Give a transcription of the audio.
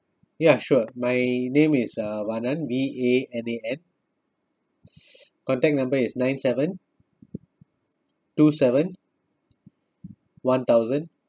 ya sure my name is uh vanan V A N A N contact number is nine seven two seven one thousand